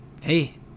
hey